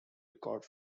record